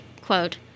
quote